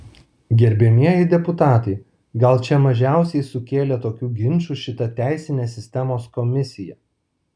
gerbiamieji deputatai gal čia mažiausiai sukėlė tokių ginčų šita teisinės sistemos komisija